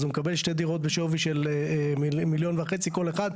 אז הוא מקבל שתי דירות בשווי של מיליון וחצי כל אחת,